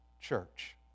church